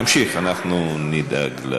תמשיך, אנחנו נדאג לשר התורן.